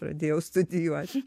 pradėjau studijuot